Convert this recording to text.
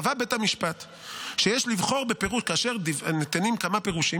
קבע בית המשפט ש"יש לבחור בפירוש" כאשר ניתנים כמה פירושים,